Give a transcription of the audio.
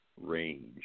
range